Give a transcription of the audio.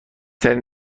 ترین